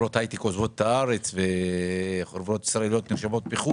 חברות הייטק עוזבות את ישראל ועוברות לחוץ לארץ.